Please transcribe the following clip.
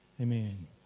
Amen